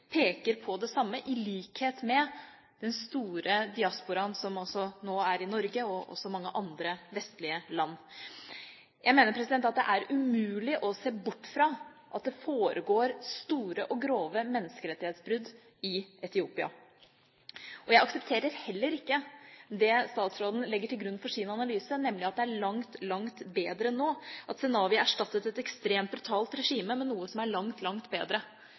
peker på det samme i likhet med den store diasporaen som nå er i Norge, og også i mange vestlige land. Jeg mener at det er umulig å se bort fra at det foregår store og grove menneskerettighetsbrudd i Etiopia. Jeg aksepterer heller ikke det statsråden legger til grunn for sin analyse, nemlig at det er langt, langt bedre nå, at Zenawi erstattet et ekstremt brutalt regime med noe som er langt, langt bedre.